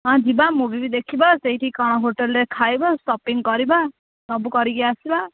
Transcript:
ହଁ ଯିବା ମୁଭି ବି ଦେଖିବା ସେଇଠି କଣ ହୋଟେଲ୍ ରେ ଖାଇବା ସପିଙ୍ଗ୍ କରିବା ସବୁକରିକି ଆସିବା